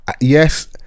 yes